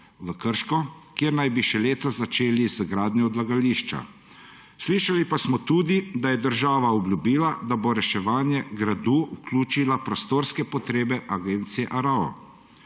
v Krško, kjer naj bi še letos začeli z gradnjo odlagališča. Slišali pa smo tudi, da je država obljubila, da bo reševanje gradu vključila prostorske potrebe agencije ARAO.